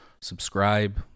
subscribe